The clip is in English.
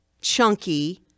chunky